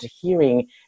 hearing